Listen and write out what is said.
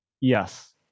Yes